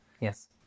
Yes